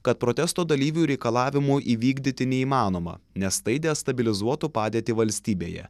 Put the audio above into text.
kad protesto dalyvių reikalavimų įvykdyti neįmanoma nes tai destabilizuotų padėtį valstybėje